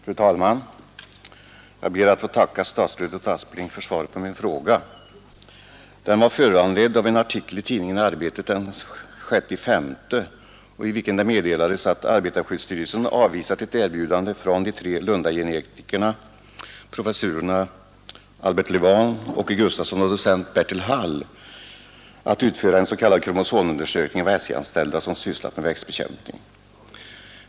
Fru talman! Jag ber att få tacka statsrådet Aspling för svaret på min fråga. Den var föranledd av en artikel i tidningen Arbetet den 6 maj, i vilken det meddelades att arbetarskyddsstyrelsen avvisat ett erbjudande från de tre lundagenetikerna professor Albert Levan, professor Äke Gustavsson och docent Bertil Hall att utföra en s.k. kromosomundersökning av SJ-anställda som sysslat med växtbekämpning.